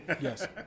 Yes